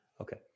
okay